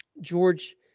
George